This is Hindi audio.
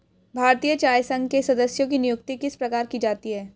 भारतीय चाय संघ के सदस्यों की नियुक्ति किस प्रकार की जाती है?